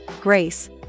grace